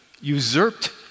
usurped